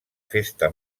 festa